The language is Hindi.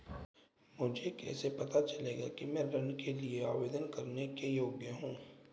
मुझे कैसे पता चलेगा कि मैं ऋण के लिए आवेदन करने के योग्य हूँ?